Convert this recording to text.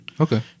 Okay